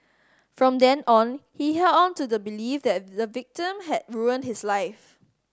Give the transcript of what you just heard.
from then on he held on to the belief that the victim had ruined his life